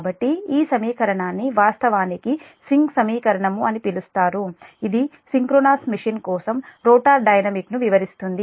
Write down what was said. కాబట్టి ఈ సమీకరణాన్ని వాస్తవానికి స్వింగ్ సమీకరణం అని పిలుస్తారు ఇది సింక్రోనస్ మెషీన్ కోసం రోటర్ డైనమిక్స్ను వివరిస్తుంది